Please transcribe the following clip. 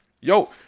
Yo